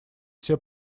все